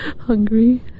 hungry